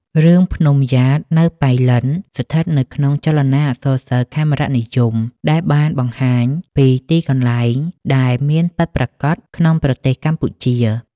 រឿង ភ្នំំយ៉ាតនៅប៉ៃលិន ស្ថិតនៅក្នុងចលនាអក្សរសិល្ប៍ខេមរនិយម ដែលបានបង្ហាញពីទីកន្លែងដែលមានពិតប្រាកត់ក្នុងប្រទេសកម្ពុជា។